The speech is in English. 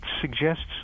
suggests